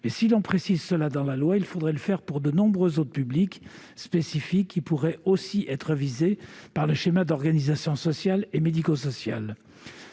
telle précision dans la loi, il faudrait le faire pour de nombreux autres publics spécifiques, qui pourraient être aussi visés par le schéma d'organisation sociale et médico-sociale.